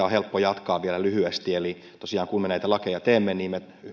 on helppo jatkaa vielä lyhyesti eli tosiaan kun me näitä lakeja teemme niin me